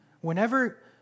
Whenever